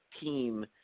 team